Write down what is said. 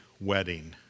wedding